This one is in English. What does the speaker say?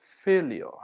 failure